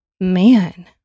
man